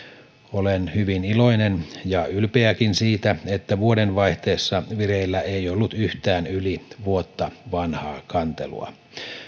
olen hyvin iloinen ja ylpeäkin siitä että vuodenvaihteessa vireillä ei ollut yhtään yli vuotta vanhaa kantelua